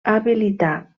habilitar